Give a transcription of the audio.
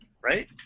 right